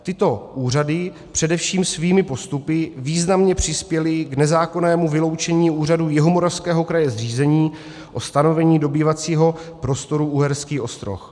Tyto úřady především svými postupy významně přispěly k nezákonnému vyloučení úřadů Jihomoravského kraje z řízení o stanovení dobývacího prostoru Uherský Ostroh.